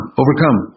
overcome